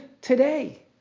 today